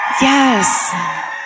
yes